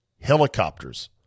helicopters